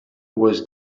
was